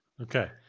okay